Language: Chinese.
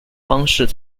方式